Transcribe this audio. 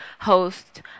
host